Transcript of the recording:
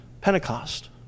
Pentecost